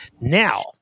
Now –